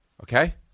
Okay